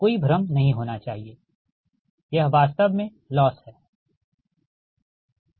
कोई भ्रम नहीं होना चाहिए यह वास्तव में लॉस है ठीक है